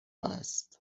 است